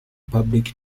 public